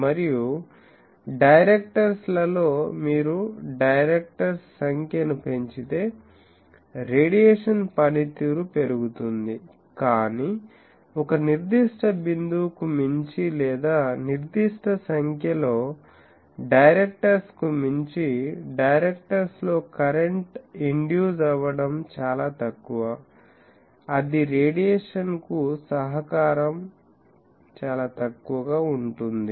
మరియు డైరెక్టర్స్ లలో మీరు డైరెక్టర్స్ సంఖ్యను పెంచితే రేడియేషన్ పనితీరు పెరుగుతుంది కానీ ఒక నిర్దిష్ట బిందువుకు మించి లేదా నిర్దిష్ట సంఖ్యలో డైరెక్టర్స్ కు మించి డైరెక్టర్స్ లో కరెంట్ ఇండ్యూస్ అవ్వడం చాలా తక్కువఅది రేడియేషన్ కు సహకారం చాలా తక్కువగా ఉంటుంది